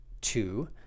Two